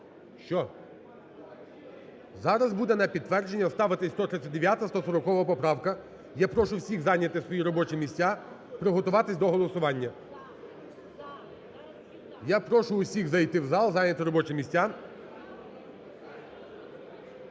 Що? Зараз буде на підтвердження ставитися 139-а, 140 поправка. Я прошу всіх зайняти свої робочі місця, приготуватися до голосування. Я прошу усіх зайти в зал, зайняти робочі місця.